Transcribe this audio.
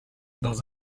dans